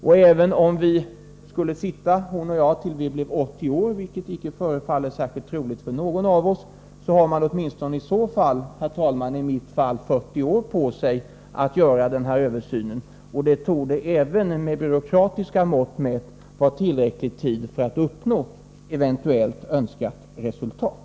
Om hon och jag skulle sitta tills vi blir 80 år, vilket inte förefaller särskilt troligt för någon av oss, har åtminstone jag 40 år på mig för att göra denna översyn. Det torde även med byråkratiska mått mätt vara tillräcklig tid för att uppnå eventuellt önskat resultat.